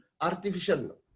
artificial